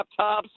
laptops